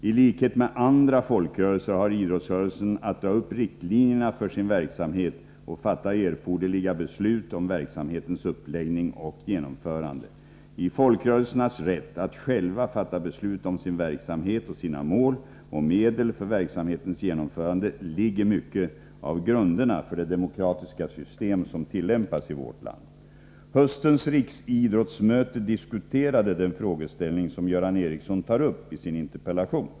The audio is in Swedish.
I likhet med andra folkrörelser har idrottsrörelsen att dra upp riktlinjerna för sin verksamhet och fatta erforderliga beslut om verksamhetens uppläggning och genomförande. I folkrörelsernas rätt att själva fatta beslut om sin verksamhet och sina mål och medel för verksamhetens genomförande ligger mycket av grunderna för det demokratiska system som tillämpas i vårt land. Höstens riksidrottsmöte diskuterade den frågeställning som Göran Ericsson tar uppi sin interpellation.